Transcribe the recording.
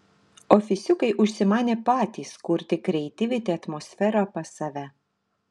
ofisiukai užsimanė patys kurti krieitivity atmosferą pas save